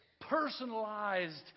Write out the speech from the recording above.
personalized